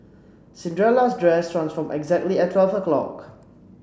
Cinderella's dress transformed exactly at twelve o'clock